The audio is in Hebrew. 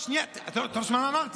שנייה, אתה לא שומע מה אמרתי.